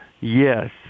Yes